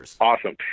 Awesome